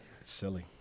Silly